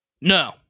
No